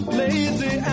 lazy